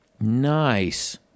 nice